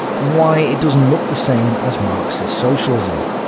and why it doesn't look the same as marxist-socialism.